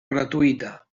gratuïta